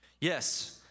Yes